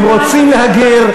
הם רוצים להגר.